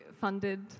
funded